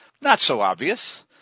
not-so-obvious